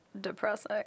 depressing